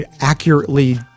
accurately